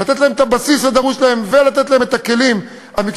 לתת להם את הבסיס הדרוש להם ולתת להם את הכלים המקצועיים,